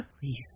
Please